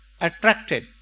attracted